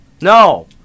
No